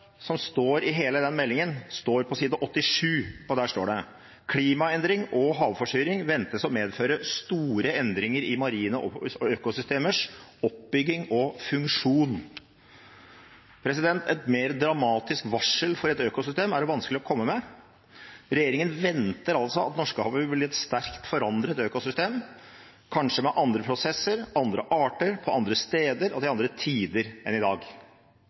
som står i hele den meldingen, står på side 86. Der står det: «Klimaendring og havforsuring ventes å medføre store endringer i marine økosystemers oppbygging og funksjon.» Et mer dramatisk varsel for et økosystem er det vanskelig å komme med. Regjeringen venter altså at Norskehavet vil bli et sterkt forandret økosystem, kanskje med andre prosesser, med andre arter, på andre steder og til andre tider enn i dag.